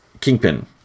kingpin